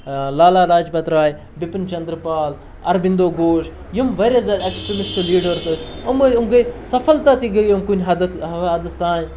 لالہ لاجپت راے بِپِن چندرٕ پال اَربِنٛدو گھوش یِم واریاہ زیادٕ اٮ۪کسٹِرٛمِسٹہٕ لیٖڈٔرٕز ٲسۍ یِمو یِم گٔیٚے سفلتہ تہِ گٔیٚے یِم کُنہِ حدس تانۍ